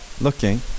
looking